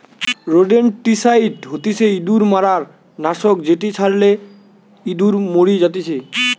rodenticide হতিছে ইঁদুর মারার নাশক যেটি ছড়ালে ইঁদুর মরি জাতিচে